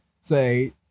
say